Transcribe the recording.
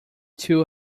two